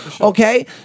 Okay